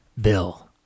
bill